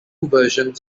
versions